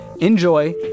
Enjoy